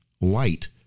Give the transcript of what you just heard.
light